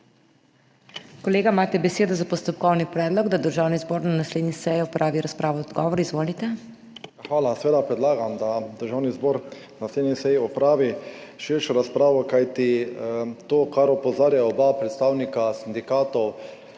Kolega, imate besedo za postopkovni predlog, da Državni zbor na naslednji seji opravi razpravo o odgovoru. Izvolite. **ANDREJ KOSI (PS SDS):** Hvala. Seveda predlagam, da Državni zbor na naslednji seji opravi širšo razpravo, kajti to, na kar opozarjata oba predstavnika sindikatov,